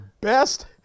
best